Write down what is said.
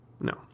No